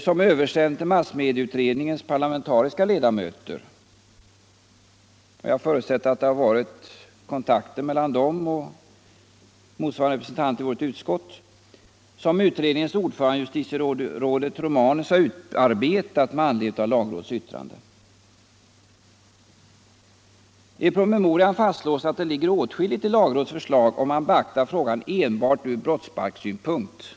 Den översändes till massmedieutredningens parlamentariska ledamöter, och jag förutsätter att det har varit kontakter mellan dem och motsvarande representanter i vårt utskott. I promemorian fastslås att det ligger åtskilligt i lagrådets förslag om man beaktar frågan enbart ur brottsbalkssynpunkt.